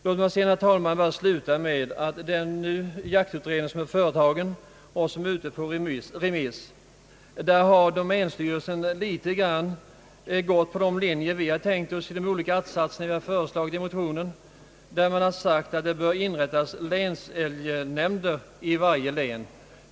Låt mig, herr talman, sluta med att säga att när det gäller den jaktutredning som har företagits och som är ute på remiss har domänstyrelsen i viss mån gått på de linjer vi har tänkt oss. Man har ansett att det bör inrättas länsälgnämnder i varje län.